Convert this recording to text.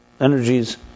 energies